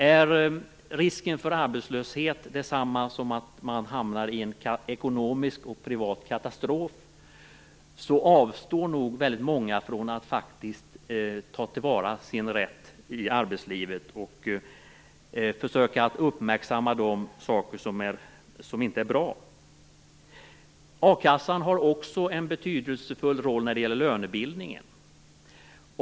Är risken för arbetslöshet detsamma som att man hamnar i en ekonomisk och privat katastrof, avstår nog många från att faktiskt ta till vara sin rätt i arbetslivet och att försöka uppmärksamma de saker som inte är bra. A-kassan spelar också en betydelsefull roll när det gäller lönebildningen.